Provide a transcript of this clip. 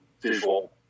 visual